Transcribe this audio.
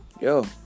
yo